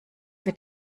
wird